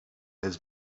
has